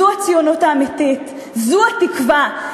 זו הציונות האמיתית, זו התקווה.